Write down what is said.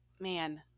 man